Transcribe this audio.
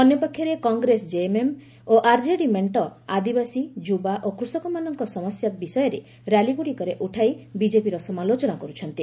ଅନ୍ୟପକ୍ଷରେ କଂଗ୍ରେସ ଜେଏମ୍ଏମ୍ ଓ ଆର୍ଜେଡି ମେଣ୍ଟ ଆଦିବାସୀ ଯୁବା ଓ କୃଷକମାନଙ୍କ ସମସ୍ୟା ବିଷୟରେ ର୍ୟାଲିଗୁଡ଼ିକରେ ଉଠାଇ ବିଜେପିର ସମାଲୋଚନା କରୁଛନ୍ତି